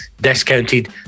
discounted